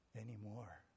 anymore